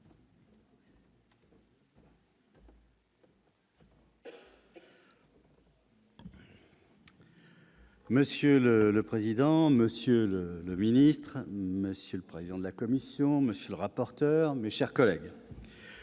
Monsieur le président, monsieur le secrétaire d'État, monsieur le président de la commission, monsieur le rapporteur, mes chers collègues,